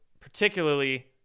Particularly